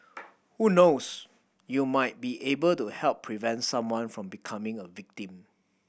who knows you might be able to help prevent someone from becoming a victim